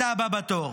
אתה הבא בתור.